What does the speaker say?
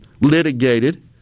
litigated